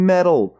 Metal